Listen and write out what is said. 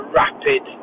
rapid